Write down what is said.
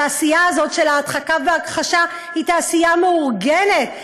התעשייה הזאת של ההדחקה וההכחשה היא תעשייה מאורגנת,